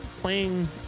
playing